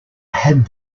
had